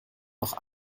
noch